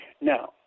Now